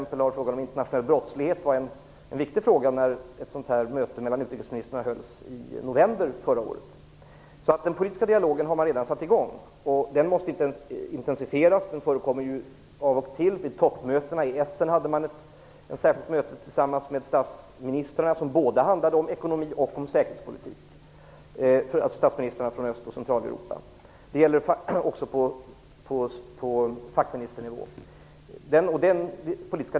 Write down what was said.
Frågan om internationell brottslighet var t.ex. en viktig fråga när ett sådant här möte mellan utrikesministrarna hölls i november förra året. Den politiska dialogen har man alltså redan satt i gång. Den måste intensifieras. Den förekommer ju av och till. Vid toppmötena i Essen hade man ett särskilt möte tillsammans med statsministrarna från Öst och Centraleuropa som både handlade om ekonomi och om säkerhetspolitik. Detta gäller också på fackministernivå.